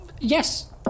Yes